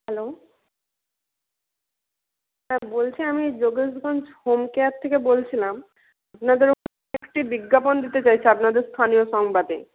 hello হ্যাঁ বলছি আমি যোগেশগঞ্জ হোম কেয়ার থেকে বলছিলাম আপনাদের একটি বিজ্ঞাপন দিতে চাইছি আপনাদের স্থানীয় সংবাদে